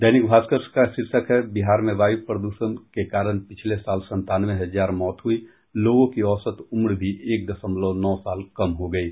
दैनिक भास्कर का शीर्षक है बिहार में वायु प्रद्षण के कारण पिछले साल संतानवे हजार मौत हुई लोगों की औसत उम्र भी एक दशमलव नौ साल कम हो गयी